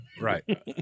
Right